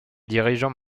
dirigeants